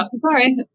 Sorry